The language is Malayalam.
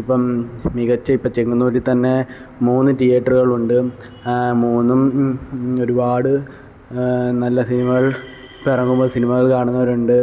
ഇപ്പം മികച്ച ഇപ്പം ചെങ്ങന്നൂരിൽ തന്നെ മൂന്ന് തിയേറ്ററുകളുണ്ട് ആ മൂന്നും ഒരുപാട് നല്ല സിനിമകൾ ഇപ്പം ഇറങ്ങുമ്പോൾ സിനിമകൾ കാണുന്നവരുണ്ട്